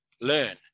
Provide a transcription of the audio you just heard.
learn